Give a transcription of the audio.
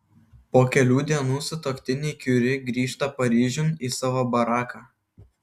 po kelių dienų sutuoktiniai kiuri grįžta paryžiun į savo baraką